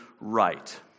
right